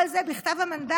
כל זה בכתב המנדט.